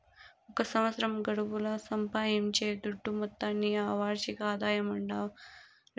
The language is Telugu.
ఒక సంవత్సరం గడువుల సంపాయించే దుడ్డు మొత్తాన్ని ఆ వార్షిక ఆదాయమంటాండారు